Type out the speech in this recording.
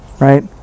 right